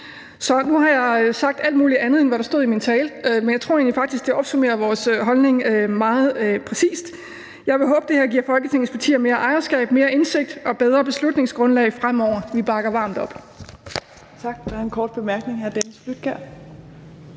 Nu har jeg sagt alt muligt andet, end hvad der stod i min tale, men jeg tror faktisk, at det opsummerer vores holdning meget præcist. Jeg vil håbe, at det her giver Folketingets partier mere ejerskab, mere indsigt og et bedre beslutningsgrundlag fremover. Vi bakker varmt op